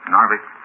Narvik